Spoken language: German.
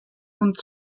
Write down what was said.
und